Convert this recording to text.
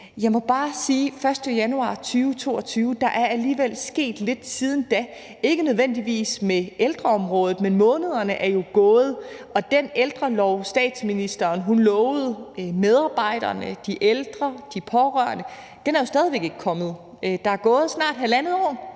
Jeg må bare sige, at siden den 1. januar 2022 er der sket lidt, ikke nødvendigvis på ældreområdet, men månederne er jo gået, og den ældrelov, statsministeren lovede medarbejderne, de ældre, de pårørende, er jo stadig væk ikke kommet. Der er gået snart halvandet år,